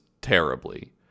terribly